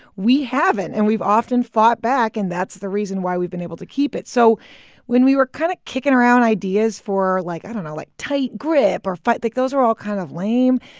we haven't. and we've often fought back, and that's the reason why we've been able to keep it so when we were kind of kicking around ideas for, like i don't know like, tight grip or fight like, those are all kind of lame.